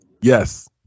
Yes